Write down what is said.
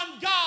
God